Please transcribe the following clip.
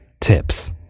tips